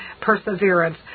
perseverance